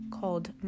called